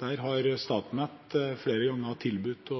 Der har Statnett flere ganger tilbudt